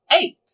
Eight